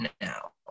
now